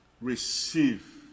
Receive